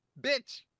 bitch